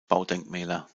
baudenkmäler